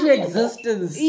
existence